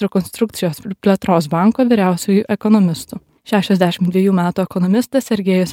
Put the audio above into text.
rekonstrukcijos ir plėtros banko vyriausiuoju ekonomistu šešiasdešim dvejų metų ekonomistas sergejus